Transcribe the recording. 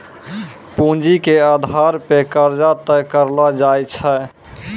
पूंजी के आधार पे कर्जा तय करलो जाय छै